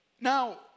Now